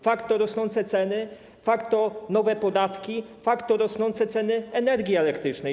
Fakt to rosnące ceny, fakt to nowe podatki, fakt to rosnące ceny energii elektrycznej.